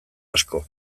asko